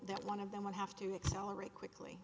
that one of them would have to accelerate quickly